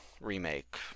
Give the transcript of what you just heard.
remake